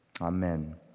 Amen